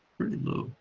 pretty low